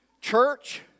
church